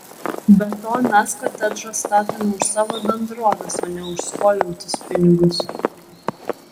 be to mes kotedžą statome už savo bendrovės o ne už skolintus pinigus